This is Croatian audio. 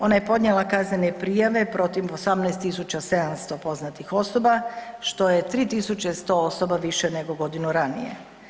Ona je podnijela kaznene prijave protiv 18 700 poznatih osoba, što je 3100 osoba više nego godinu ranije.